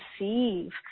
receive